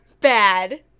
bad